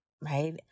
Right